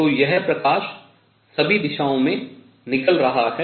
तो यह प्रकाश सभी दिशाओं में निकल रहा है